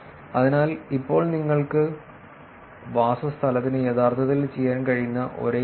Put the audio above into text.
അതിനാൽ ഇപ്പോൾ നിങ്ങൾക്ക് വാസസ്ഥലത്തിന് യഥാർത്ഥത്തിൽ ചെയ്യാൻ കഴിയുന്ന ഒരേ കാര്യം